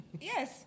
Yes